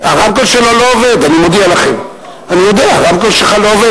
קדימה: כישלונה של ממשלת נתניהו בכל התחומים.